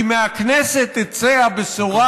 כי מהכנסת תצא הבשורה: